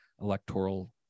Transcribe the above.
electoral